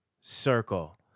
circle